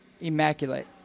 immaculate